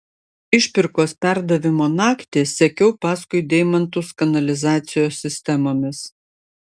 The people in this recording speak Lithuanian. išpirkos perdavimo naktį sekiau paskui deimantus kanalizacijos sistemomis